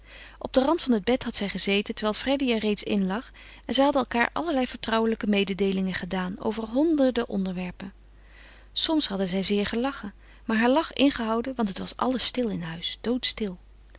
op den rand van het bed had zij gezeten terwijl freddy er reeds in lag en zij hadden elkaâr allerlei vertrouwelijke mededeelingen gedaan over honderden onderwerpen soms hadden zij zeer gelachen maar haar lach ingehouden want het was alles stil in huis doodstil